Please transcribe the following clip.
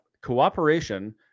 cooperation